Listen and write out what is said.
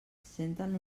senten